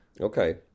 Okay